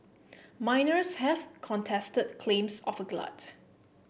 miners have contested claims of a glut